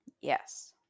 Yes